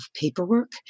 paperwork